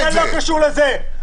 זה לא קשור לזה.